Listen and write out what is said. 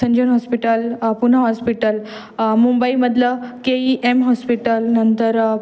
संजीवन hospital Poona hospital मुंबईमधलं K E M hospital नंतर